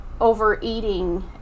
overeating